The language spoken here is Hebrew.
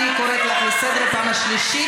אני קוראת אותך לסדר פעם שלישית,